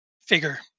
figure